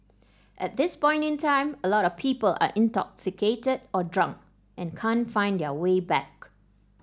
at this point in time a lot of people are intoxicated or drunk and can't find their way back